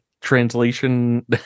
translation